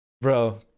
bro